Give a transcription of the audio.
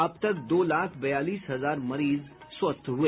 अब तक दो लाख बयालीस हजार मरीज स्वस्थ हुए